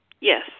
Yes